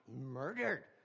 murdered